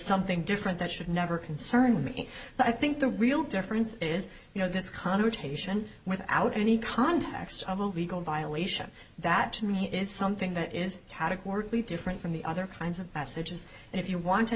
something different that should never concern me but i think the real difference is you know this connotation without any context of a legal violation that to me is something that is categorically different from the other kinds of messages and if you want to